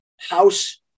House